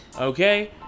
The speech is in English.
Okay